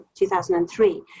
2003